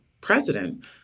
president